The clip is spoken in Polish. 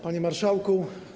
Panie Marszałku!